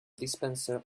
dispenser